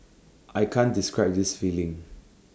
I can't describe this feeling